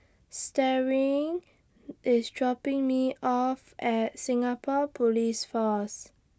Starling IS dropping Me off At Singapore Police Force